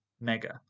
mega